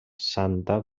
santa